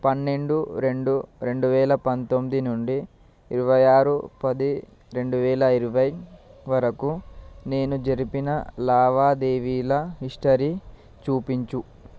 పన్నెండు రెండు రెండు వేల పంతొమ్ది నుండి ఇరవై ఆరు పది రెండు వేల ఇరవై వరకు నేను జరిపిన లావాదేవీల హిస్టరీ చూపించు